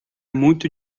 muito